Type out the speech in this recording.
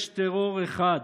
יש טרור אחד,